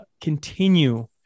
continue